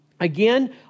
Again